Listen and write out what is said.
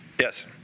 Yes